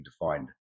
defined